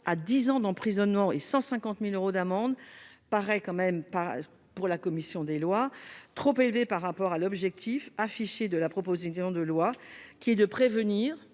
à 10 ans d'emprisonnement et 150000 euros d'amende paraît quand même pas pour la commission des lois trop élevé par rapport à l'objectif affiché de la proposition de loi qui est de prévenir